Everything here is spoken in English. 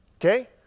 okay